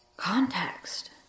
context